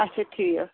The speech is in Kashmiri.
اَچھا ٹھیٖک